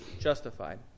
justified